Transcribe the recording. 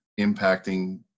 impacting –